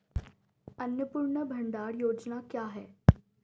अन्नपूर्णा भंडार योजना क्या है?